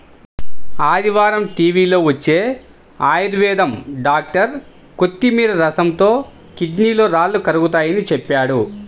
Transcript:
ఆదివారం టీవీలో వచ్చే ఆయుర్వేదం డాక్టర్ కొత్తిమీర రసంతో కిడ్నీలో రాళ్లు కరుగతాయని చెప్పాడు